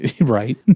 right